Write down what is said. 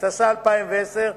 התש"ע 2010,